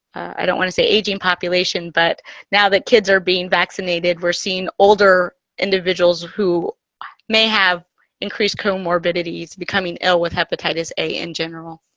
i don't want to say aging population. but now that kids are being vaccinated, we're seeing older individuals who may have increased co-morbidities becoming ill with hepatitis a in general.